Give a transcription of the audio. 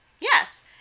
Yes